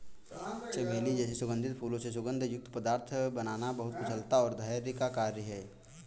चमेली जैसे सुगंधित फूलों से सुगंध युक्त पदार्थ बनाना बहुत कुशलता और धैर्य का कार्य है